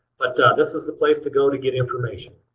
but this is the place to go to get information.